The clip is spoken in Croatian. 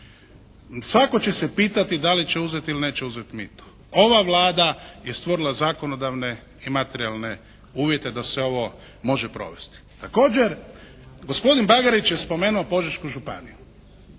Svatko će se pitati da li će uzeti ili neće uzeti mito. Ova Vlada je stvorila zakonodavne i materijalne uvjete da se ovo može provesti. Također, gospodin Bagarić je spomenuo Požešku županiju.